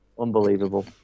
Unbelievable